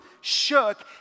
shook